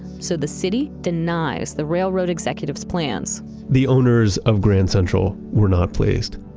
so the city denies the railroad executives plans the owners of grand central were not pleased.